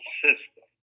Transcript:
system